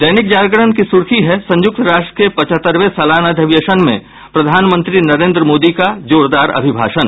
दैनिक जागरण की सुर्खी है संयुक्त राष्ट्र के पचहत्तरवें सलाना अधिवेशन में प्रधानमंत्री नरेंद्र मोदी का जोरदार अभिभाषण